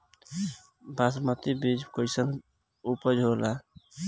बासमती बीज कईसन उपज होला?